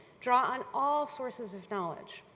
draw on all sources of knowledge.